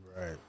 Right